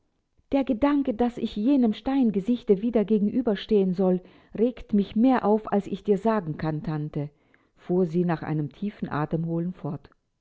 der gedanke daß ich jenem steingesichte wieder gegenüber stehen soll regt mich mehr auf als ich dir sagen kann tante fuhr sie nach einem tiefen atemholen fort